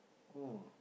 oh